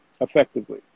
effectively